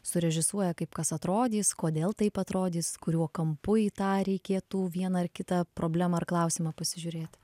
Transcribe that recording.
surežisuoja kaip kas atrodys kodėl taip atrodys kuriuo kampu į tą reikėtų vieną ar kitą problemą ar klausimą pasižiūrėti